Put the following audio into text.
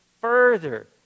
further